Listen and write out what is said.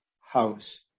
house